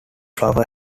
flower